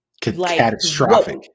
Catastrophic